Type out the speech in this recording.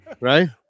Right